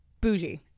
bougie